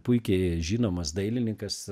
puikiai žinomas dailininkas